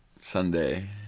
Sunday